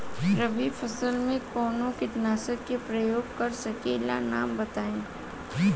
रबी फसल में कवनो कीटनाशक के परयोग कर सकी ला नाम बताईं?